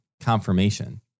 confirmation